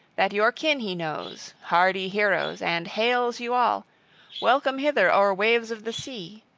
that your kin he knows, hardy heroes, and hails you all welcome hither o'er waves of the sea!